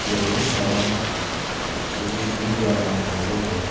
ਜ਼ਰੂਰ ਸ਼ਰਵਣ ਤੁਸੀਂ ਕੀ ਜਾਣਨਾ ਚਾਹੁੰਦੇ ਹੋ